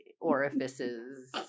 orifices